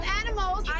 animals